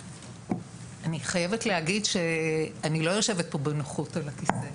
אני חייבת להגיד שאני לא יושבת פה בנוחות על הכיסא.